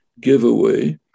giveaway